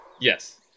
Yes